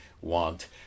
want